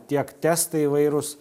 tiek testai įvairūs